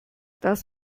das